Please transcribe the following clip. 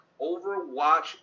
Overwatch